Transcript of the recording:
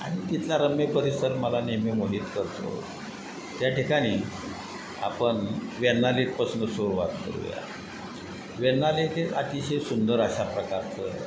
आणि तिथला रम्य परिसर मला नेहमी मोहित करतो त्या ठिकाणी आपण वेण्णालेकपासून सुरुवात करूया वेण्णालेक हे अतिशय सुंदर अशा प्रकारचं